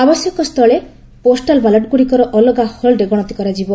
ଆବଶ୍ୟକ ସ୍ଥଳେ postal ballot ଗୁଡ଼ିକର ଅଲଗା ହଲ୍ରେ ଗଣତି କରାଯିବ